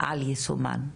על יישומן?